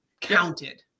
counted